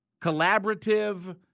collaborative